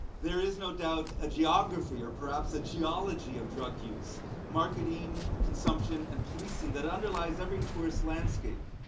there is no doubt a geography or perhaps a geology of drug use marketing, consumption, and policing that underlies every tourist landscape.